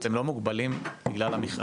אתם לא מוגבלים, בגלל המכרז,